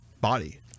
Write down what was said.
body